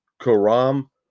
Karam